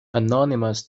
anonymous